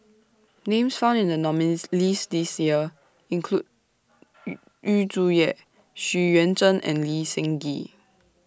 Names found in The nominees' list This Year include Yu Zhuye Xu Yuan Zhen and Lee Seng Gee